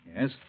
Yes